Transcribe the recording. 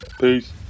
Peace